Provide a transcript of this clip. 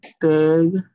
big